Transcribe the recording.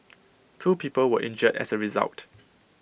two people were injured as A result